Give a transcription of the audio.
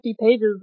pages